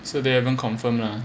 so they haven't confirm lah